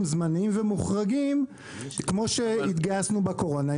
זמניים ומוחרגים כמו שהתגייסנו לזה בקורונה.